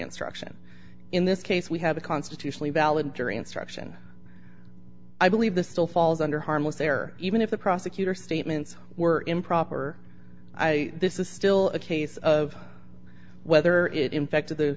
instruction in this case we have a constitutionally valid jury instruction i believe the still falls under harmless error even if the prosecutor statements were improper i this is still a case of whether it in fact to the